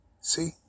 See